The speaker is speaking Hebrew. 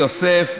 יוסף,